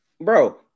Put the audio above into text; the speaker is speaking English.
bro